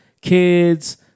kids